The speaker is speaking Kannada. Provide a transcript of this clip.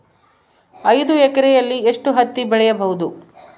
ಐದು ಎಕರೆಯಲ್ಲಿ ಎಷ್ಟು ಹತ್ತಿ ಬೆಳೆಯಬಹುದು?